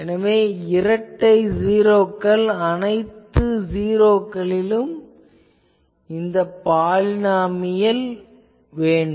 எனக்கு இரட்டை '0' க்கள் அனைத்து ஜீரோக்களிலும் இந்த பாலினாமியலில் வேண்டும்